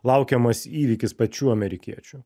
laukiamas įvykis pačių amerikiečių